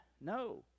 no